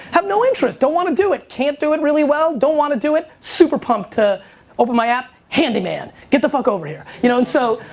i've no interest, don't want to do it. can't do it really well, don't want to do it. super pumped to open my app, handy man. get the fuck over here. you know so,